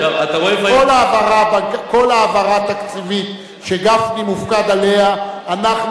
כל העברה תקציבית שגפני מופקד עליה אנחנו